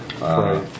Right